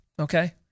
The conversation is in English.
okay